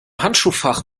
handschuhfach